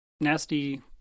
nasty